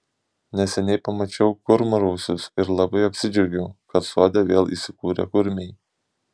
neseniai pamačiau kurmrausius ir labai apsidžiaugiau kad sode vėl įsikūrė kurmiai